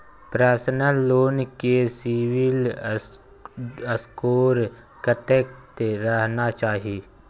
Personal loan ले CIBIL score कत्ते रहना चाही?